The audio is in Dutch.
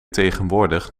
tegenwoordig